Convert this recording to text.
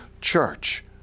church